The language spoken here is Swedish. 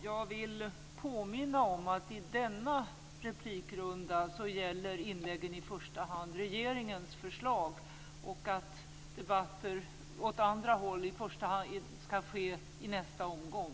Jag vill påminna om att i denna replikrunda gäller inläggen i första hand regeringens förslag. Repliker åt andra håll skall i första hand ske under nästa omgång.